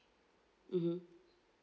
mmhmm